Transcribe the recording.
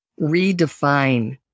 redefine